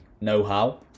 know-how